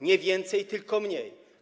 Nie więcej, tylko mniej.